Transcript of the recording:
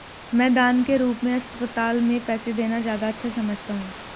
मैं दान के रूप में अस्पताल में पैसे देना ज्यादा अच्छा समझता हूँ